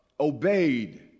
obeyed